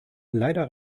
leider